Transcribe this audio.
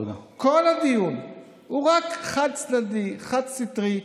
כל הדיון הוא רק חד-צדדי, חד-סטרי.